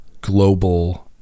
global